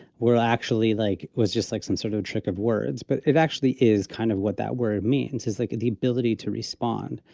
will actually like was just like some sort of trick of words. but it actually is kind of what that word means is like, the ability to respond,